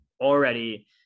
already